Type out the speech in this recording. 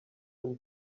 him